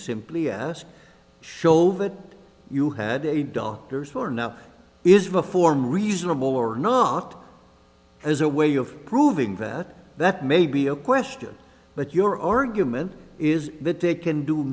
simply ask show that you had a doctors for now is reform reasonable or not as a way of proving that that may be a question but your argument is that they can do